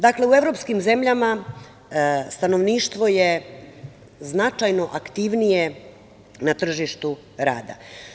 Dakle, u evropskim zemljama stanovništvo je značajno aktivnije na tržištu rada.